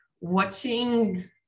watching